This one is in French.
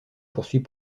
poursuit